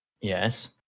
yes